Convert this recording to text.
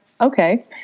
okay